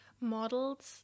models